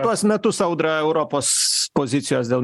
tuos metus audra europos pozicijos dėl